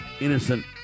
innocent